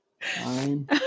Fine